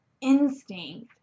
instinct